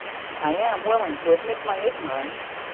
i am willing to admit my ignorance,